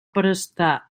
prestar